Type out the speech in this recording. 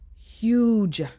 huge